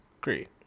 Great